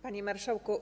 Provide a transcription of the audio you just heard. Panie Marszałku!